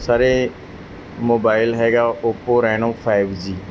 sir ਇਹ mobile ਹੈਗਾ Oppo Reno five ਜੀ